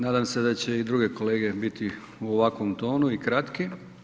Nadam se da će i druge kolege biti u ovakvom tonu i kratki.